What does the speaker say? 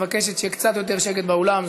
מבקשת שיהיה קצת יותר שקט באולם.